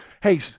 hey